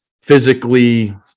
physically